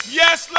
yes